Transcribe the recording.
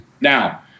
Now